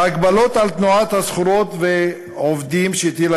ההגבלות על תנועת סחורות ועובדים שהטילה